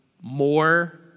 more